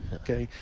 okay,